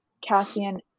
Cassian